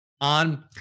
On